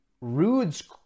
Rude's